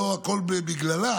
לא הכול בגללה,